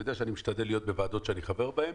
אתה יודע שאני משתדל להיות בוועדות שאני חבר בהן,